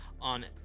on